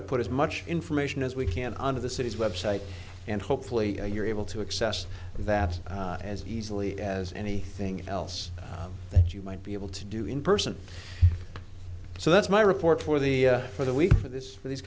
to put as much information as we can on of the city's website and hopefully you're able to access that as easily as anything else that you might be able to do in person so that's my report for the for the week for this these